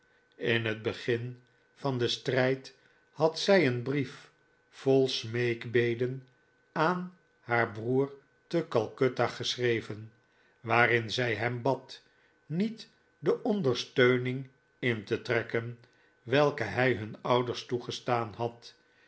in het begin van den strijd had zij een brief vol smeekbeden aan haar broer te calcutta geschreven waarin zij hem bad niet de ondersteuning in te trekken welke hij hun ouders toegestaan had